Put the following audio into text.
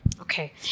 Okay